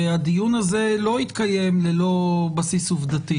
והדיון הזה לא יתקיים ללא בסיס עובדתי